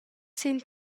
sin